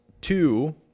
two